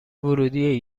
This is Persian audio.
ورودی